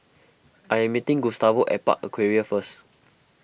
I am meeting Gustavo at Park Aquaria first